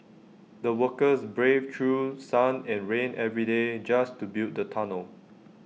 the workers braved through sun and rain every day just to build the tunnel